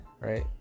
Right